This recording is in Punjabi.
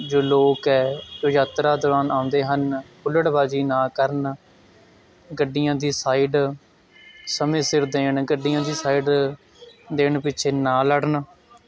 ਜੋ ਲੋਕ ਹੈ ਜੋ ਯਾਤਰਾ ਦੌਰਾਨ ਆਉਂਦੇ ਹਨ ਹੁੱਲੜਬਾਜੀ ਨਾ ਕਰਨ ਗੱਡੀਆਂ ਦੀ ਸਾਈਡ ਸਮੇਂ ਸਿਰ ਦੇਣ ਗੱਡੀਆਂ ਦੀ ਸਾਈਡ ਦੇਣ ਪਿੱਛੇ ਨਾ ਲੜਨ